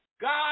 God